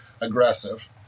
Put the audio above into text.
aggressive